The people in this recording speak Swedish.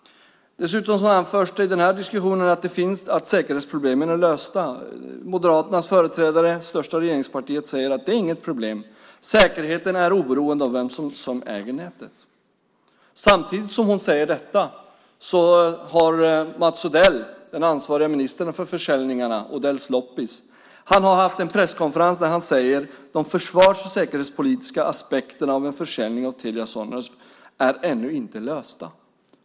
Dessutom anförs det i den här diskussionen att säkerhetsproblemen är lösta. Moderaternas företrädare, det största regeringspartiet, säger: Det är inget problem. Säkerheten är oberoende av vem som äger nätet. Samtidigt som hon säger detta har Mats Odell, den ansvariga ministern för försäljningarna, Odells loppis, haft en presskonferens där han säger: De försvars och säkerhetspolitiska aspekterna av en försäljning av Telia Sonera är ännu inte lösta.